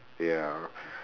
ya